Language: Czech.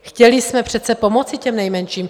Chtěli jsme přece pomoci těm nejmenším.